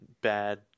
bad